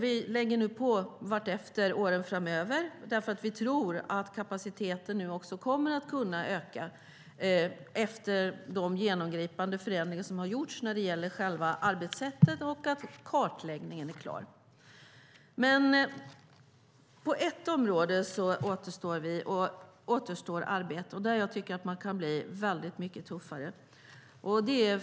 Vi lägger nu på vartefter under åren framöver därför att vi tror att kapaciteten kommer att kunna öka då kartläggningen är klar och genomgripande förändringar gjorts av själva arbetssättet. Men på ett område återstår arbete, och där jag tycker att man kan bli mycket tuffare.